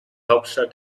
hauptstadt